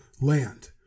land